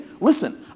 listen